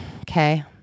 Okay